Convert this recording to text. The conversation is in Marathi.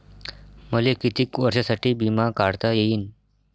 मले कितीक वर्षासाठी बिमा काढता येईन?